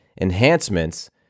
enhancements